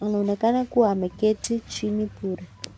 anaonekana kuwa ameketi chini bure.